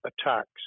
attacks